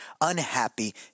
unhappy